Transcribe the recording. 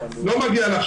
לא מגיע לך.